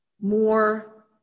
more